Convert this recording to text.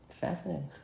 Fascinating